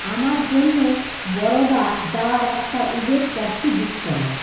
আমার জন্য বরোদা যাওয়ার একটা উবের ট্যাক্সি বুক করো